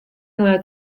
nueva